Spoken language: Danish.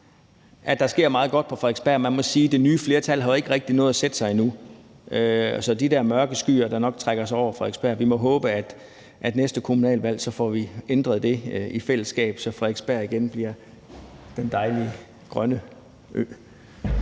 at der sker meget godt på Frederiksberg. Man må sige, at det nye flertal jo ikke rigtig har nået at sætte sig endnu. Så med hensyn til de der mørke skyer, der nok trækker ind over Frederiksberg, må vi håbe, at vi til næste kommunalvalg får ændret det i fællesskab, så Frederiksberg igen bliver den dejlige grønne ø.